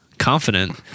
confident